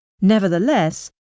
Nevertheless